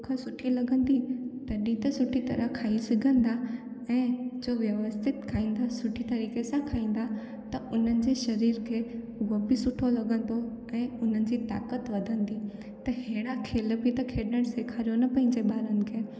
बुख सुठी लॻंदी तॾहिं त सुठी तरह खाई सघंदा ऐं जो व्यवस्थित खाईंदा सुठी तरीक़े सां खाईंदा त उन्हनि जे शरीर खे जो बि सुठो लॻंदो ऐं उन्हनि जी ताकत वधंदी त हेड़ा खेल बि त खेलणु सेखारियो न पंहिंजे ॿारनि खे